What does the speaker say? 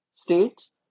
states